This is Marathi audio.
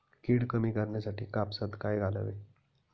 कीड कमी करण्यासाठी कापसात काय घालावे?